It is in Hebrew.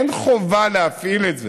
אין חובה להפעיל את זה.